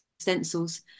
Stencils